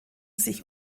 sich